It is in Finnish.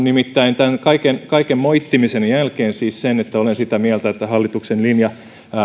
nimittäin tämän kaiken kaiken moittimisen jälkeen siis sen että olen sitä mieltä että hallituksen linja